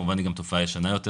כמובן היא גם תופעה ישנה יותר,